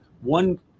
One